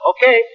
Okay